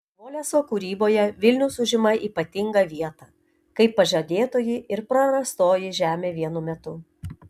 chvoleso kūryboje vilnius užima ypatingą vietą kaip pažadėtoji ir prarastoji žemė vienu metu